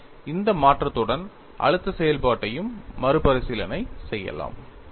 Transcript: எனவே இந்த மாற்றத்துடன் அழுத்த செயல்பாட்டையும் மறுபரிசீலனை செய்யலாம்